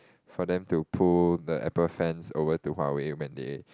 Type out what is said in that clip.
for them to pull the Apple fans over to Huawei when they